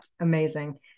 amazing